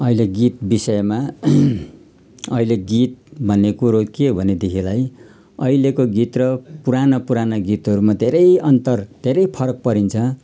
अहिले गीत विषयमा अहिले गीत भन्ने कुरो के हो भनेदेखिलाई अहिलेको गीत र पुराना पुराना गीतहरूमा धेरै अन्तर धेरै फरक परिन्छ